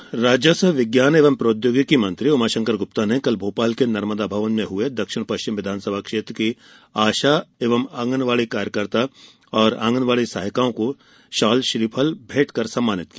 उमाशंकर गुप्ता राजस्व विज्ञान एवं प्रौद्योगिकी मंत्री उमाशंकर गुप्ता ने कल भोपाल के नर्मदा भवन में हुए दक्षिण पश्चिम विधानसभा क्षेत्र की आशा एवं आँगनबाड़ी कार्यकर्ता और आँगनबाड़ी सहायिकाओं को शाल श्रीफल भेंटकर सम्मानित किया